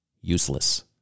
useless